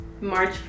March